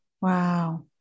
Wow